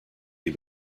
you